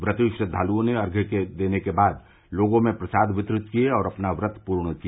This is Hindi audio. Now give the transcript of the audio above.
व्रती श्रद्वालुओं ने अर्घ्य देने के बाद लोगों में प्रसाद वितरित किए और अपना व्रत पूर्ण किया